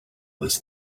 this